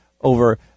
over